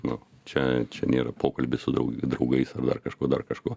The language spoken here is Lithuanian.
nu čia čia nėra pokalbis su draugai draugais ar dar kažko dar kažko